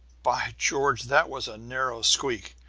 by george, that was a narrow squeak!